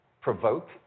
provoke